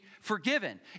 forgiven